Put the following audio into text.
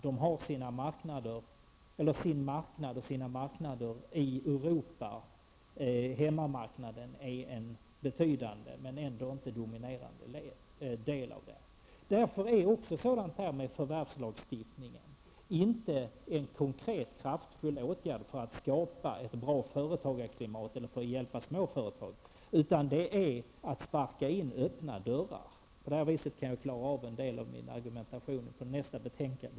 De har sina stora marknader i Europa. Hemmamarknaden är en betydande, men ändå inte dominerande del. Därför är ett borttagande av förvärvslagstiftningen inte en konkret kraftfull åtgärd för att skapa ett bra småföretagarklimat eller för att hjälpa småföretagen, utan detsamma som att sparka in öppna dörrar. -- På det här viset kan jag också klara av en del av argumentationen i anslutning till nästa betänkande.